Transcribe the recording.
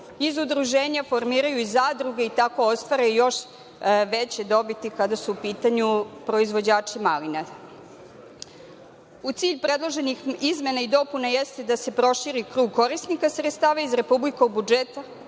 iz udruženja formiraju i zadruge i tako ostvare još veće dobiti kada su u pitanju proizvođači malina.U cilju predloženih izmena i dopuna jeste i da se proširi krug korisnika sredstava iz republičkog budžeta,